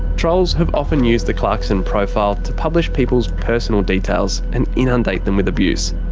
trolls have often used the clarkson profile to publish people's personal details and inundate them with abuse.